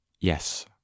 Yes